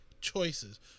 choices